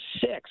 six